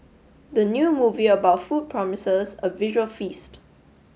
the new movie about food promises a visual feast